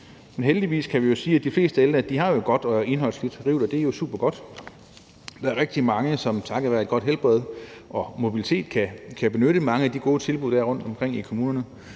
Heldigvis kan vi sige, at de fleste ældre har et godt og indholdsrigt liv, og det er jo super godt. Der er rigtig mange, som takket være et godt helbred og deres mobilitet kan benytte mange af de gode tilbud, der er rundtomkring i kommunerne,